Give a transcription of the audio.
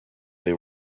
they